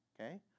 okay